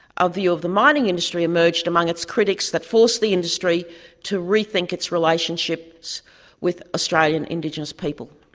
a view of the mining industry emerged among its critics that forced the industry to rethink its relationships with australian indigenous people.